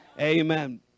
Amen